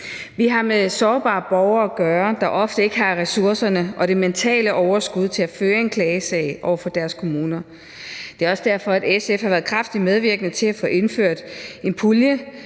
Vi har med sårbare borgere at gøre, der ofte ikke har ressourcerne og det mentale overskud til at føre en klagesag over for deres kommuner. Det er også derfor, at SF har været kraftigt medvirkende til at få indført en pulje